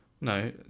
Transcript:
No